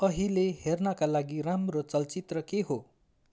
अहिले हेर्नाका लागि राम्रो चलचित्र के हो